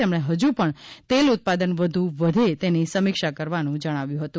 તેમણે હજૂ પણ તેલ ઉત્પાદન વધુ વધે તેની સમીક્ષા કરવાનું જણાવ્યું હતું